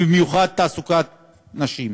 במיוחד תעסוקת נשים.